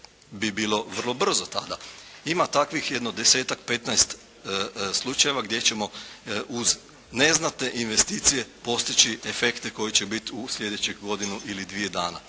bi bilo vrlo brzo tada. Ima takvih jedno 10-tak, 15 slučajeva gdje ćemo uz neznatne investicije postići efekte koji će biti u sljedećoj godinu ili dvije dana.